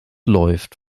läuft